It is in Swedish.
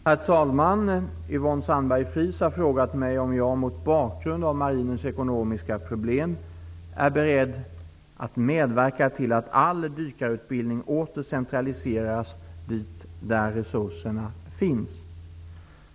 Herr talman! Yvonne Sandberg-Fries har frågat mig om jag, mot bakgrund av Marinens ekonomiska problem, är beredd att medverka till att all dykarutbildning åter centraliseras dit där resurserna finns.